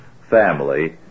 family